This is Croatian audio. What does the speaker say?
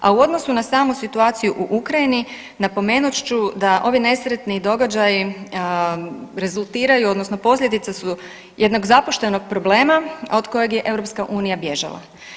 A u odnosu na samu situaciju u Ukrajini, napomenut ću da ovi nesretni događaji rezultiraju odnosno posljedica su jednog zapuštenog problema od kojeg je EU bježala.